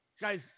guys